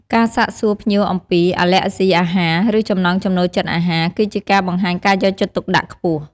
ការសាកសួរភ្ញៀវអំពី អាឡែរហ្សុីអាហារ ឬចំណង់ចំណូលចិត្តអាហារ គឺជាការបង្ហាញការយកចិត្តទុកដាក់ខ្ពស់។